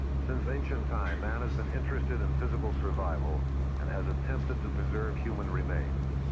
since ancient time, man has been interested in physical survival and has attempted to preserve human remains.